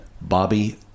Bobby